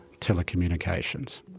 telecommunications